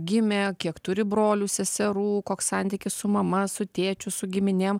gimė kiek turi brolių seserų koks santykis su mama su tėčiu su giminėm